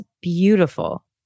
beautiful